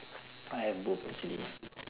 I have both actually